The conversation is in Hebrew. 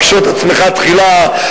קשוט עצמך תחילה,